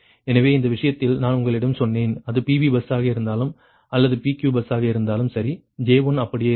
எனவே இந்த விஷயத்தில் நான் உங்களிடம் சொன்னேன் அது PV பஸ்ஸாக இருந்தாலும் அல்லது PQ பஸ் ஆக இருந்தாலும் சரி J1 அப்படியே இருக்கும்